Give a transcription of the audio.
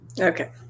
Okay